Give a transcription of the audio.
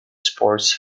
sports